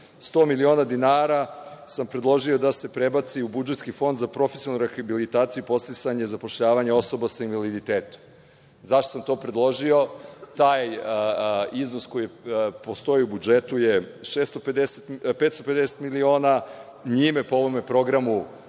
100 miliona dinara sam predložio da se prebaci u budžetski fond za profesionalnu rehabilitaciju i podsticanje zapošljavanja osoba sa invaliditetom. Zašto sam to predložio? Taj iznos koji postoji u budžetu je 550 miliona, njime po ovom programu